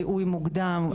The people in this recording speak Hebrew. זיהוי מוקדם,